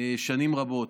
שנים רבות.